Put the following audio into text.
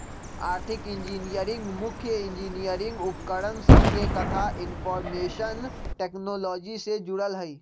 आर्थिक इंजीनियरिंग मुख्य इंजीनियरिंग उपकरण सभके कथा इनफार्मेशन टेक्नोलॉजी से जोड़ल हइ